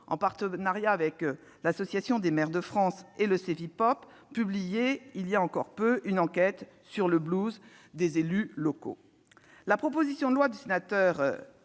en partenariat avec l'Association des maires de France et le Cevipof, publiait ainsi une enquête sur le des élus locaux. La proposition de loi du sénateur